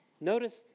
Notice